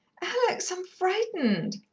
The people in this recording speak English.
alex, i'm frightened.